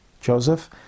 Joseph